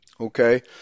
Okay